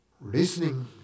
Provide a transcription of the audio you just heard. listening